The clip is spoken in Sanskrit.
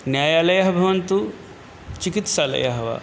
न्यायालयाः भवन्तु चिकित्सालयाः वा